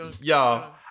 Y'all